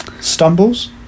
stumbles